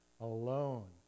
alone